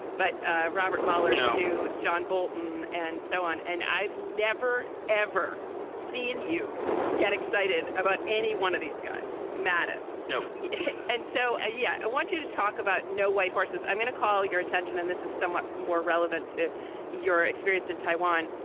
but ah robert mueller knows who john bolton and so on and i've never ever seen you get excited about any one of these guys. mattis and so yeah i want you to talk about no white horses. i'm going to call your attention and this is somewhat more relevant to your experience in taiwan.